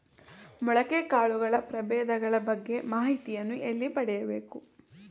ಮೊಳಕೆ ಕಾಳುಗಳ ಪ್ರಭೇದಗಳ ಬಗ್ಗೆ ಮಾಹಿತಿಯನ್ನು ಎಲ್ಲಿ ಪಡೆಯಬೇಕು?